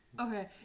okay